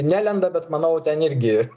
nelenda bet manau ten irgi